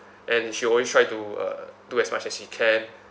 and she always try to uh do as much as she can